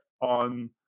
on